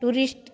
tourist